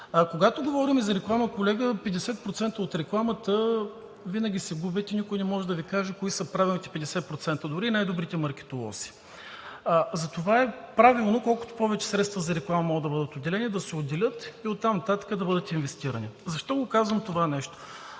Когато говорим за реклама, колега, 50% от рекламата винаги се губят и никой не може да Ви каже кои са правилните 50%, дори и най-добрите маркетолози. Затова е правилно колкото повече средства за реклама могат да бъдат отделени да се отделят и оттам нататък да бъдат инвестирани. Защо го казвам това нещо?